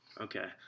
Okay